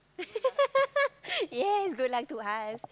yes good luck to us